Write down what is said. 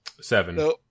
Seven